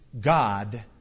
God